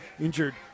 injured